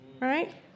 right